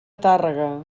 tàrrega